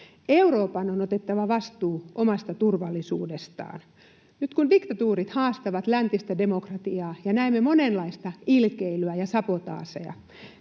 Euroopan on otettava vastuu omasta turvallisuudestaan. Nyt kun diktatuurit haastavat läntistä demokratiaa ja näemme monenlaista ilkeilyä ja sabotaaseja,